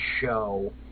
show